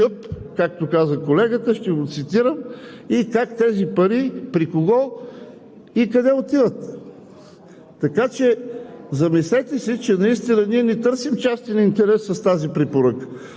както каза колегата – ще го цитирам, тези пари как, при кого и къде отиват. Замислете се, че наистина ние не търсим частен интерес с тази препоръка.